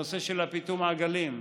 הנושא של פיטום העגלים,